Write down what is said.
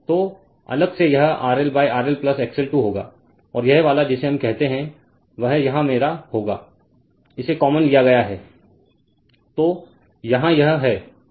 तो अलग से यह RL RL XL 2 होगा और यह वाला जिसे हम कहते हैं वह यहाँ मेरा होगा इसे कॉमन लिया गया है